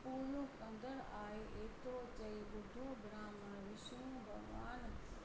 पूरियूं कंदड़ु आहे एतिरो चई ॿुढो ब्राहमण विष्नु भॻिवानु